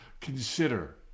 consider